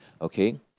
okay